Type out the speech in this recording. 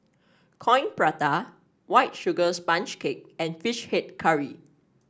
Coin Prata White Sugar Sponge Cake and fish head curry